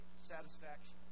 Satisfaction